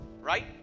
Right